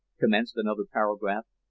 commenced another paragraph,